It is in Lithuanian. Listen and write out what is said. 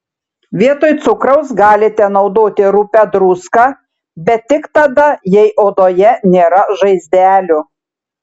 vietoj cukraus galite naudoti rupią druską bet tik tada jei odoje nėra žaizdelių